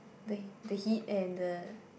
the the heat and the